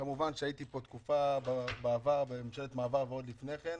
הייתי פה תקופה בממשלת מעבר ועוד לפני כן,